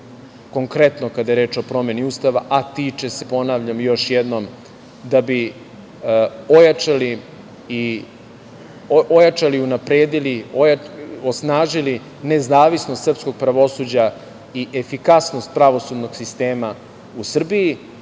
konkretno kada je reč o promeni Ustava, a tiče se, ponavljam još jednom, da bi ojačali i unapredili, osnažili nezavisnost srpskog pravosuđa i efikasnost pravosudnog sistema u Srbiji,